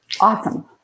awesome